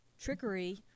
trickery